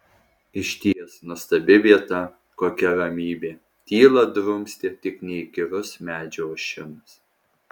išties nuostabi vieta kokia ramybė tylą drumstė tik neįkyrus medžių ošimas